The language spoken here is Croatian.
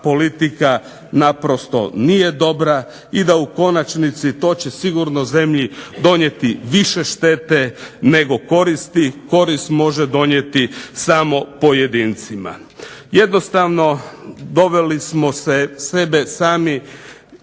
politika naprosto nije dobra i da u konačnici to će sigurno zemlji donijeti više štete nego koristi, korist može donijeti samo pojedincima. Jednostavno doveli smo se sebe sami